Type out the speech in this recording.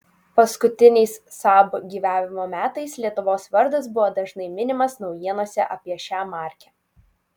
paskutiniais saab gyvavimo metais lietuvos vardas buvo dažnai minimas naujienose apie šią markę